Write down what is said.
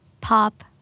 pop